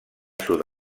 sud